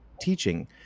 teaching